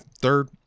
third